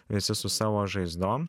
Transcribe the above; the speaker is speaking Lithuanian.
visi su savo žaizdom